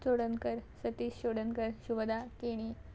Chodankar Satish Chodankar Shubhada Keni